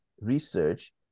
research